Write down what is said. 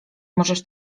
możesz